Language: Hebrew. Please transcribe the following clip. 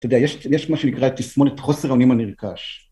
אתה יודע, יש מה שנקרא תסמונת חוסר אונים הנרכש.